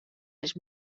les